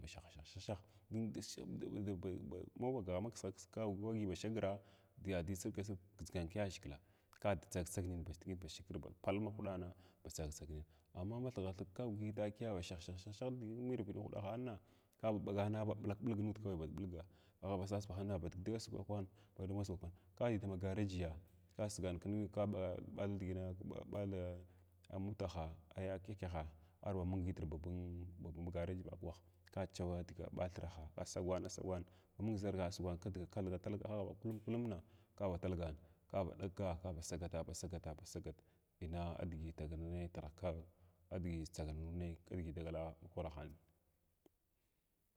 Ba shahshah shah dun da shah da ba ba ha ɓaga makusgha kisga kagwi bashagra diyadin sirga sirg gidʒgan kyaʒhigla kada tsagak tsag ninga baʒdigin bashgra ba pal mahuɗana ba tsagak tsag nina amma mathigha thig kagwi takiya ba shahshahshah nirviɗmahwɗaghana ka ba ɓagana a ɓlak ɓtulg nud kawni ba ɓulga agh ba sas bahinana ba dig dasugwa kwahin badig dasugwa kwan ka diy dama garejiya kasgan kin kɓa ɓatha digina kɓa batha amutaha yakyəkyaha arba mung nitr ba bama gareji vakwah ka chawa diga bathiraha asagwan asagwan ma mung ʒarha asagwan kidga kalga kalga agh ba kulum kulumma kaba kalgan kaba ɗugga kaba sagata ba sagat ba sagat inna nidigi ataga naneya ditra adiʒi tsaganamu naya krdigi dagala kww kwarahanin.